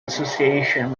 association